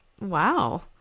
Wow